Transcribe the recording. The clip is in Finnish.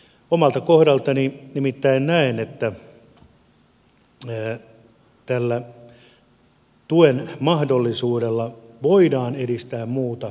omalta kohdaltani nimittäin näen että tällä tuen mahdollisuudella voidaan edistää muuta metsäpolitiikkaa